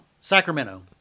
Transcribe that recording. Sacramento